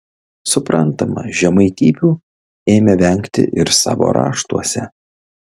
suprantama žemaitybių ėmė vengti ir savo raštuose